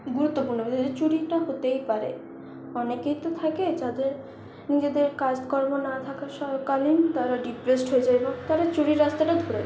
গুরুত্বপূর্ণ যে চুরিটা হতেই পারে অনেকেই তো থাকে যাদের নিজেদের কাজকর্ম না থাকা কালীন তারা ডিপ্রেসড হয়ে যায় এবং তারা চুরির রাস্তাটা ধরে নেয়